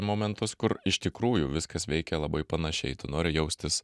momentus kur iš tikrųjų viskas veikia labai panašiai tu nori jaustis